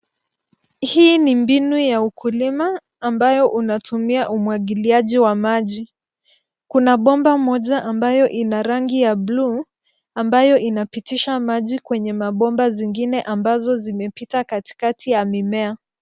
Hii ni mbinu ya ukulima ambayo unatumia umwagiliaji wa maji. Kuna bomba moja ambayo ina rangi ya buluu ambayo inapitisha maji kwenye mabomba zingine ambazo zimepita katikati ya mimea.